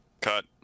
Cut